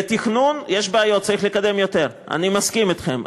לתכנון יש בעיות, צריך לקדם יותר, אני מסכים אתכם.